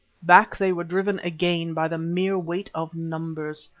back they were driven again by the mere weight of numbers.